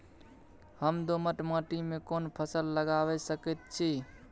हम दोमट माटी में कोन फसल लगाबै सकेत छी?